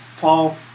Paul